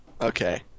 Okay